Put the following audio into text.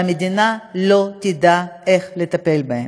שהמדינה לא תדע איך לטפל בהם.